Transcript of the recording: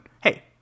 Hey